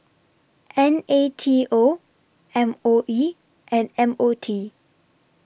N A T O M O E and M O T